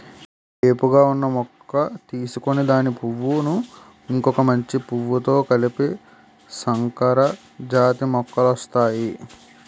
ఏపుగా ఉన్న మొక్క తీసుకొని దాని పువ్వును ఇంకొక మంచి మొక్క పువ్వుతో కలిపితే సంకరజాతి మొక్కలొస్తాయి